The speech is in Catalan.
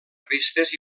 revistes